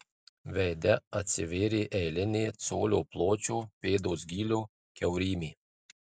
veide atsivėrė eilinė colio pločio pėdos gylio kiaurymė